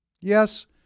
Yes